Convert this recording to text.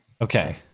Okay